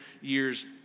years